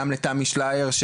לתמי שלייר,